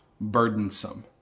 burdensome